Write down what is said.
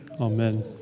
Amen